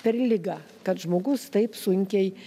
per liga kad žmogus taip sunkiai